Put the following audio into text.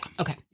Okay